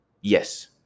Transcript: Yes